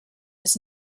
his